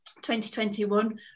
2021